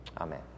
Amen